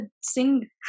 sing